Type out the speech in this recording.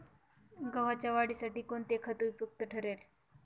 गव्हाच्या वाढीसाठी कोणते खत उपयुक्त ठरेल?